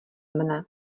mne